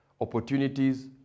opportunities